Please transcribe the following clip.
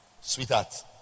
sweetheart